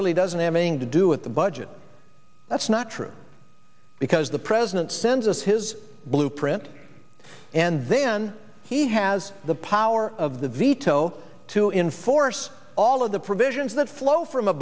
really doesn't have anything to do with the budget that's not true because the president sends us his blueprint and then he has the power of the veto to inforce all of the provisions that flow from a